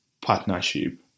partnership